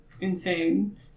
insane